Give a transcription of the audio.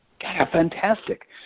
Fantastic